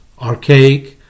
archaic